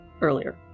earlier